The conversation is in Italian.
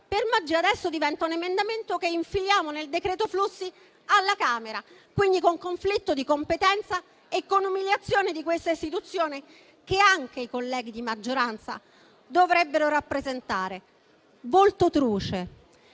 per magia adesso diventa un emendamento che infiliamo nel decreto flussi alla Camera, quindi con conflitto di competenza e con umiliazione di questa istituzione che anche i colleghi di maggioranza dovrebbero rappresentare.